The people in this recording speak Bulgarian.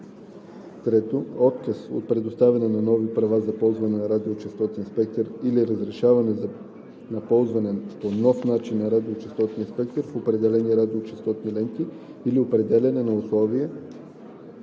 3. отказ от предоставяне на нови права за ползване на радиочестотен спектър или разрешаване на използване по нов начин на радиочестотния спектър в определени радиочестотни ленти, или определяне на условия